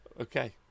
Okay